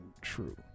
true